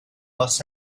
must